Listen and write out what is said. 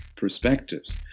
perspectives